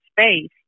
space